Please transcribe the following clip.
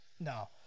no